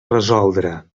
resoldre